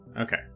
okay